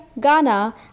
Ghana